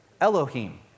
Elohim